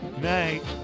Night